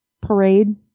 parade